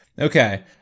okay